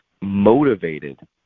motivated